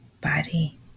body